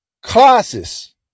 Classes